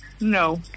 No